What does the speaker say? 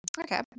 Okay